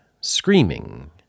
screaming